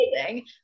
amazing